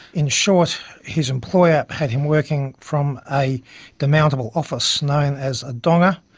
in short, his employer had him working from a demountable office known as a donga,